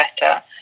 better